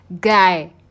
guy